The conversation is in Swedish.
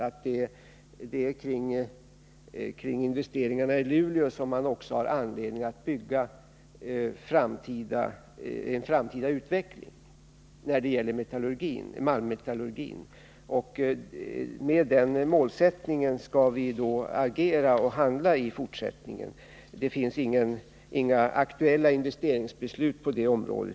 Det är kring investeringarna i Luleå som man också har anledning att bygga en framtida utveckling när det gäller malmmetallurgin. Med den målsättningen skall vi handla i fortsättningen. Det finns inga aktuella investeringsbeslut på detta område.